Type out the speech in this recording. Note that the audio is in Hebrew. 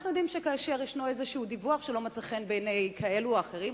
אנחנו יודעים שכאשר יש איזה דיווח שלא מוצא חן בעיני כאלה או אחרים,